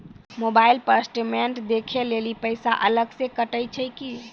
Mobile पर statement देखे लेली पैसा अलग से कतो छै की?